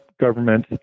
government